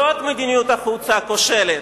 זאת מדיניות החוץ הכושלת,